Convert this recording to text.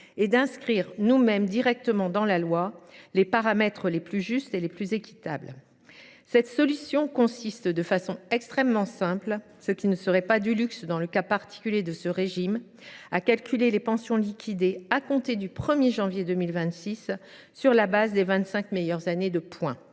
pour inscrire nous mêmes directement dans la loi les paramètres les plus justes et les plus équitables. Cette solution est extrêmement simple, ce qui ne serait pas un luxe dans le cas particulier de ce régime : elle consiste à calculer les pensions liquidées à compter du 1 janvier 2026 sur la base des vingt cinq meilleures années de points.